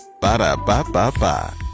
Ba-da-ba-ba-ba